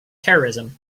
terrorism